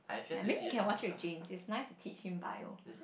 ya maybe you can watch it with James it's nice to teach him Bio